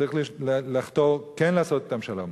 צריך לחתור כן לעשות אתם שלום.